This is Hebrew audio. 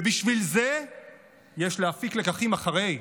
ובשביל זה יש להפיק לקחים אחרי,